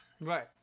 Right